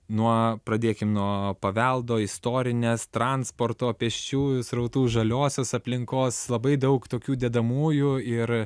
nuo pradėkim nuo paveldo istorinės transporto pėsčiųjų srautų žaliosios aplinkos labai daug tokių dedamųjų ir